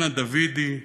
אנה דווידי,